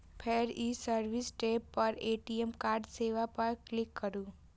फेर ई service tab पर ए.टी.एम कार्ड सेवा पर क्लिक करू